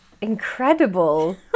incredible